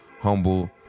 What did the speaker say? humble